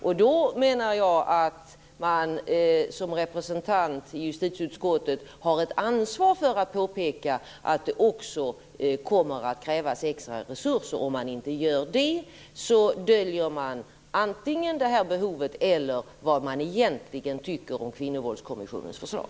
Och då menar jag att man som representant i justitieutskottet har ett ansvar att påpeka att det kommer att krävas extra resurser. Om man inte gör det döljer man antingen det här behovet eller vad man egentligen tycker om Kvinnovåldskommissionens förslag.